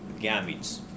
gametes